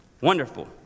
Wonderful